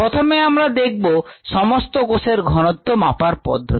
প্রথমে আমরা দেখব সমস্ত কোষের ঘনত্ব মাপার পদ্ধতি